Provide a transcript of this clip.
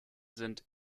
sind